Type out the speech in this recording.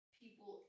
people